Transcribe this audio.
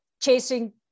chasing